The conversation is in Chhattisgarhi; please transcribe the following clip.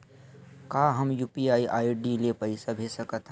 का हम यू.पी.आई आई.डी ले पईसा भेज सकथन?